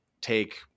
take